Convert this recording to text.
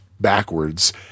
backwards